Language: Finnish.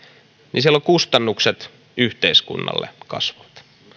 niin silloin kustannukset yhteiskunnalle kasvavat